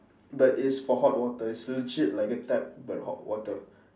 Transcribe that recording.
but it's for hot water it's legit like a tap but hot water